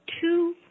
two